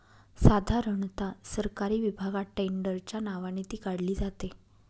साधारणता सरकारी विभागात टेंडरच्या नावाने ती काढली जाते